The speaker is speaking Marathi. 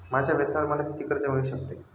माझ्या वेतनावर मला किती कर्ज मिळू शकते?